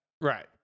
Right